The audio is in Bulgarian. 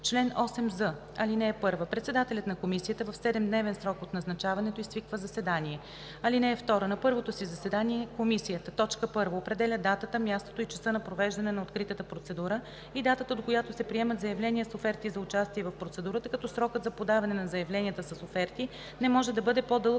Чл. 8з. (1) Председателят на комисията в 7-дневен срок от назначаването ѝ свиква заседание. (2) На първото си заседание комисията: 1. определя датата, мястото и часа на провеждане на откритата процедура и датата, до която се приемат заявления с оферти за участие в процедурата, като срокът за подаване на заявленията с оферти не може да бъде по-дълъг